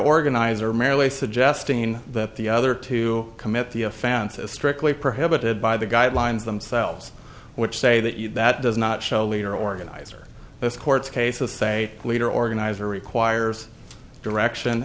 organizer merely suggesting that the other two commit the offense of strictly prohibited by the guidelines themselves which say that you that does not show leader organizer escorts case of say a leader organizer requires direction